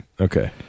Okay